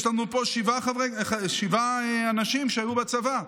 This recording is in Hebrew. יש לנו פה שבעה אנשים שהיו בצבא.